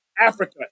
Africa